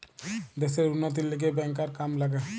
দ্যাশের উন্নতির লিগে ব্যাংকার কাম লাগে